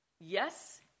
yes